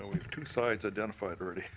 know we have two sides identified already